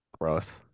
Gross